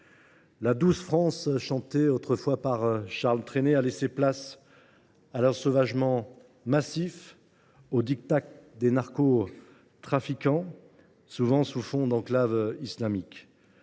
La douce France jadis chantée par Charles Trenet a laissé place à l’ensauvagement massif et au diktat des narcotrafiquants, souvent sur fond d’enclave islamique.